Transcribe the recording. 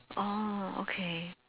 oh okay